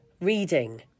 reading